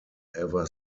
ever